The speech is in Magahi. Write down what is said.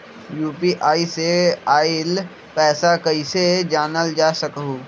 यू.पी.आई से आईल पैसा कईसे जानल जा सकहु?